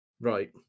Right